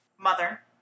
Mother